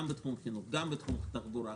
גם בתחום החינוך וגם בתחום התחבורה,